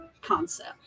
concept